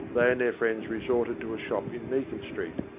they and their friends resorted to a shop in meakin street,